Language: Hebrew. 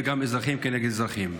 וגם של אזרחים כנגד אזרחים.